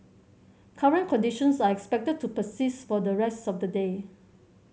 current conditions are expected to persist for the rest of the day